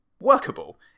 workable